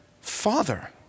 father